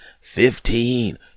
Fifteen